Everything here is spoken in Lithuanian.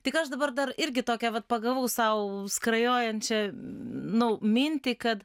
tik aš dabar dar irgi tokią vat pagavau sau skrajojančią nu mintį kad